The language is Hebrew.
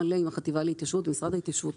מלא עם החטיבה להתיישבות ומשרד ההתיישבות.